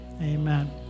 amen